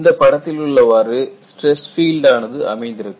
இந்த படத்தில் உள்ளவாறு ஸ்டிரஸ் பீல்டு ஆனது அமைந்திருக்கும்